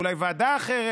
אולי ועדה אחרת,